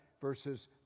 verses